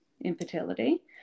infertility